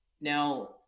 Now